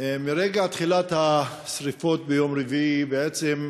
מרגע תחילת השרפות ביום רביעי היו